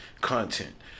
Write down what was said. content